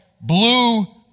blue